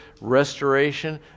restoration